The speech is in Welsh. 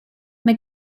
mae